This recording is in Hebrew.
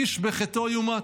איש בחטאו יוּמָתוּ".